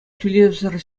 тӳлевсӗр